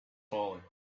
falling